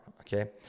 Okay